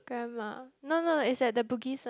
grandma no no is at the Bugis one